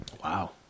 Wow